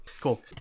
cool